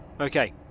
Okay